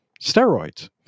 steroids